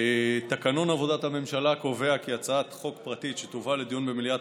תקנון עבודת הממשלה קובע כי הצעת חוק פרטית שתובא לדיון במליאת